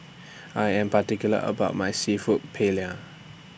I Am particular about My Seafood Paella